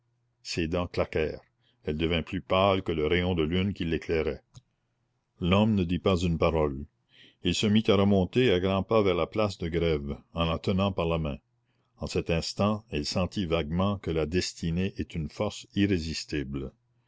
ses dents claquèrent elle devint plus pâle que le rayon de lune qui l'éclairait l'homme ne dit pas une parole il se mit à remonter à grands pas vers la place de grève en la tenant par la main en cet instant elle sentit vaguement que la destinée est une force irrésistible